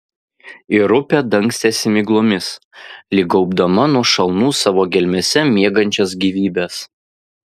ir upė dangstėsi miglomis lyg gaubdama nuo šalnų savo gelmėse miegančias gyvybes